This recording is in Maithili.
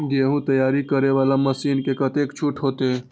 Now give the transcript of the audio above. गेहूं तैयारी करे वाला मशीन में कतेक छूट होते?